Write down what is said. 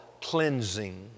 cleansing